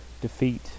defeat